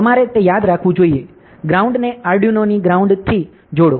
તમારે તે યાદ રાખવું જોઈએ ગ્રાઉંડને આર્ડિનો ની ગ્રાઉંડ થી જોડો